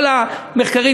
כל המחקרים,